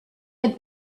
had